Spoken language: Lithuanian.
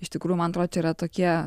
iš tikrųjų man atrodo čia yra tokie